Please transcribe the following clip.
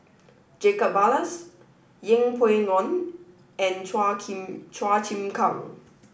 Jacob Ballas Yeng Pway Ngon and Chua Chua Chim Kang